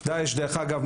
אגב,